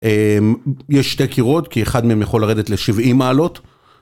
יש שתי קירות כי אחד מהם יכול לרדת ל-70 מעלות.